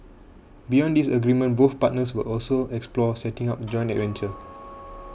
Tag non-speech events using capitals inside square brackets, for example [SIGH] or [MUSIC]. beyond this agreement both partners will also explore setting up a joint venture [NOISE]